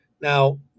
Now